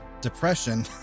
depression